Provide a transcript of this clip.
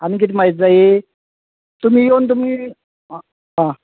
आनी किदें म्हायती जायी तुमी येवन तुमी आं आं